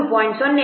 4 321